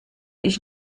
ich